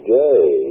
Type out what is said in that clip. day